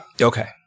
okay